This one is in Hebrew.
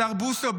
השר בוסו,